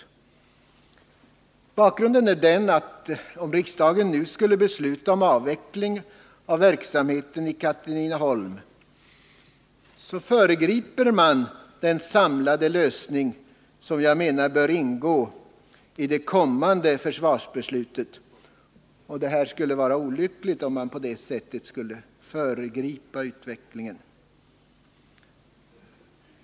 Bakgrunden är den, att om riksdagen nu skulle besluta om avveckling av verksamheten i Katrineholm, föregriper man den samlade lösning som jag menar bör ingå i det kommande försvarsbeslutet. Det skulle vara olyckligt, om man på detta sätt skulle föregripa utvecklingen.